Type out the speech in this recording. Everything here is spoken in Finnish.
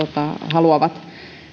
haluavat